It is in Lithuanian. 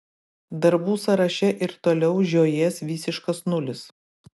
darbų sąraše ir toliau žiojės visiškas nulis